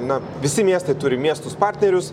na visi miestai turi miestus partnerius